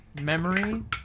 Memory